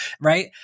right